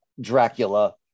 Dracula